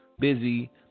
busy